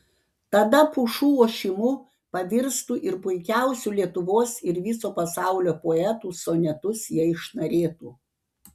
tada pušų ošimu pavirstų ir puikiausių lietuvos ir viso pasaulio poetų sonetus jai šnarėtų